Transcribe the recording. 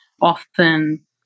often